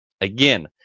again